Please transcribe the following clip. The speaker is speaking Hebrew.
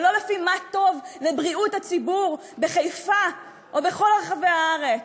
ולא לפי מה טוב לבריאות הציבור בחיפה או בכל רחבי הארץ.